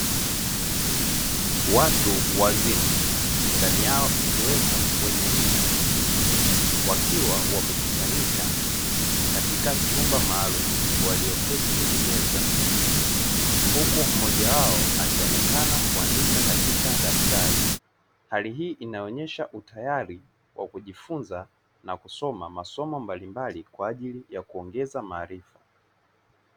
Watu wazima ndani yao ikiwemo wenye mvii wakiwa wamekusanyika katika chumba maalum walioketi kwenye meza. Huku mmoja wao akionekana kuandika katika daftari, hali hii inaonyesha utayari wa kujifunza na kusoma masomo mbalimbali kwa ajili ya kuongeza maarifa.